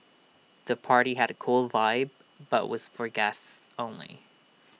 the party had A cool vibe but was for guests only